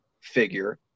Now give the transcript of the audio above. figure